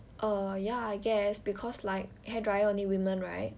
err ya I guess because hairdryer only women right